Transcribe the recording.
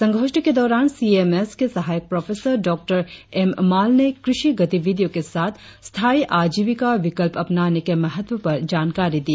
संगोष्ठी के दौरान सी एम एस के सहायक प्रोफेसर डॉ एम माल ने कृषि गतिविधियों के साथ स्थायी आजीविका विकल्प अपनाने के महत्व पर जानकारी दी